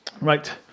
Right